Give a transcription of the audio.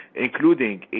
including